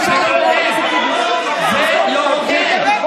זה לא הוגן.